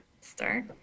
start